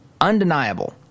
undeniable